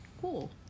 Cool